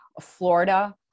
Florida